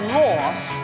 lost